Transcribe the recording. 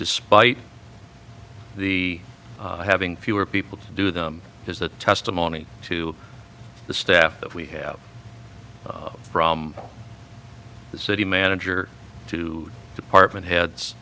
despite the having fewer people to do them is the testimony to the staff that we have from the city manager to department heads